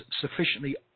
sufficiently